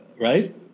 right